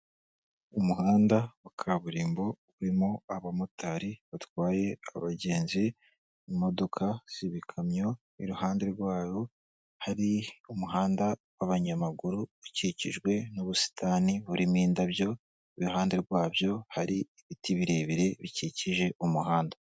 Umuhanda wa kaburimbo urimo abamotari batwaye abagenzi, imodoka z'ibikamyo, iruhande rwayo, hari umuhanda w'abanyamaguru ukikijwe n'ubusitani burimo indabyo, iruhande rwabyo hari ibiti birebire bikikije umuhanda.